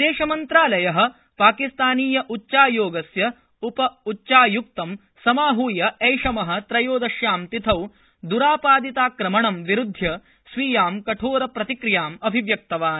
विदेशमंत्रालय पाकिस्तानीय उच्चायोगस्य उप उच्चाय्क्तं समाहय ऐषम त्रयोदश्यां तिथौ द्रापादिताक्रमणं विरुद्ध्य स्वीयां कठोरप्रतिक्रियां अभिवव्यत्तवान्